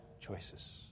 choices